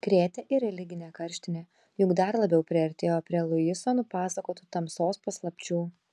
krėtė ir religinė karštinė juk dar labiau priartėjo prie luiso nupasakotų tamsos paslapčių